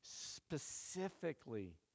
specifically